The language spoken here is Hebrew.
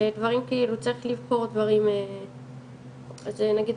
שדברים כאילו צריך לבחור דברים אז נגיד